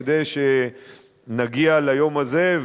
כדי שנגיע ליום הזה,